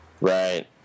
Right